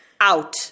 Out